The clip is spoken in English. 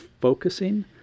focusing